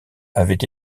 avait